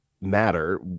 matter